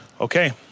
Okay